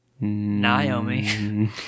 Naomi